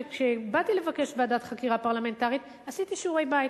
שכשבאתי לבקש ועדת חקירה פרלמנטרית עשיתי שיעורי-בית.